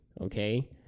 Okay